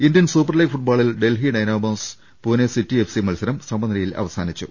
Indian Super League ഫുട്ബോളിൽ Delhi Dynamos Pune City FC മത്സരം സമനിലയിൽ അവസാനിച്ചു